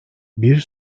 bir